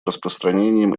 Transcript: распространением